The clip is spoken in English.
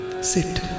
Sit